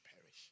perish